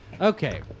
Okay